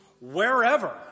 wherever